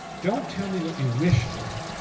don't tell me what you wish for.